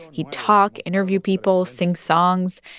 he'd talk, interview people, sing songs.